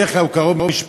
שבדרך כלל הוא קרוב משפחה.